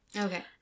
Okay